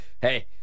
Hey